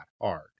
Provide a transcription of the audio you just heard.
hard